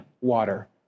water